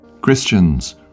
Christians